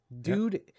Dude